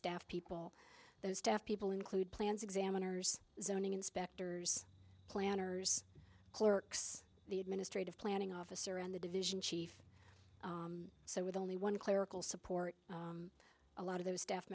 staff people those staff people include plans examiners zoning inspectors planners clerks the administrative planning officer and the division chief so with only one clerical support a lot of those staff